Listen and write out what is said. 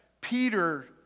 Peter